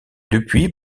depuis